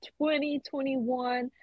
2021